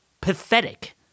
pathetic